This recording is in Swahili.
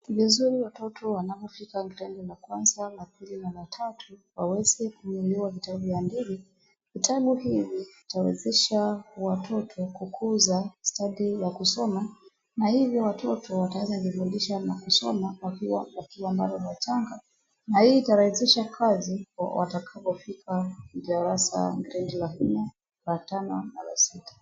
Ni vizuri watoto wanapofika darasa la kwanza, la pili na la tatu waweze kunuliwa vitabu vya hadithi. Vitabu hivi vitawezesha watoto kukuza stadi ya kusoma na hivyo watoto wataweza jifundisha na kusoma wakiwa bado wachaga na hii itarahisisha kazi watakapofika darasa la nne, la tano na la sita.